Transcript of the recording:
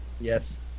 Yes